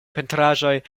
pentraĵoj